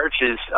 churches